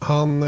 Han